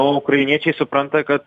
o ukrainiečiai supranta kad